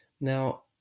Now